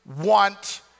want